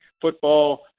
football